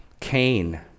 cain